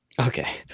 Okay